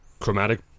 chromatic